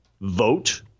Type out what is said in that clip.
vote